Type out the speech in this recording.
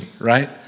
right